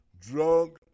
Drug